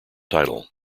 title